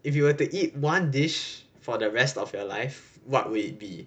if you were to eat one dish for the rest of your life what would it be